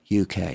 UK